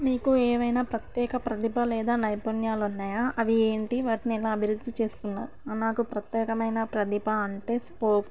నీకు ఏవైనా ప్రత్యేక ప్రతిభ లేదా నైపుణ్యాలు ఉన్నాయా అవి ఏంటి వాటిని ఎలా అభివృద్ధి చేసుకున్న నాకు ప్రత్యేకమైన ప్రతిభ అంటే స్పో